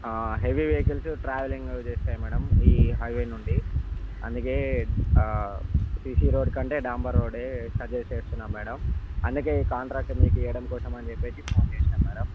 heavy vehicles travelling చేస్తాయి madam ఈ highway నుంచి అందుకే సీసీ రోడ్డు కంటే డాంబర్ రోడే సజెస్ట్ చేస్తున్నాం మేడం అందుకే ఈ కాంటాక్ట్ మీకు ఇయ్యడం కోసమని చెప్పి ఫోన్ చేసాం మేడం